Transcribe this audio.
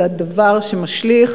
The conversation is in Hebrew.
זה דבר שמשליך,